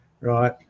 right